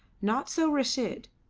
not so reshid.